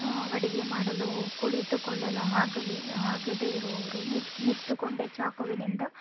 ಅಡಿಗೆ ಮಾಡಲು ಕುಳಿತುಕೊಳ್ಳಲು ಹಾಗಲಿ ಆಗದೇ ಇರುವವರು ನಿಂತುಕೊಂಡೇ ಚಾಕುವಿನಿಂದ